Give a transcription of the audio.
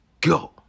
go